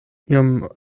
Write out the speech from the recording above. iom